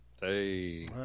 Hey